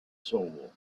soul